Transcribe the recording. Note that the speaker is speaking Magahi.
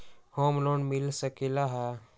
होम लोन मिल सकलइ ह?